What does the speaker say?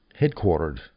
headquartered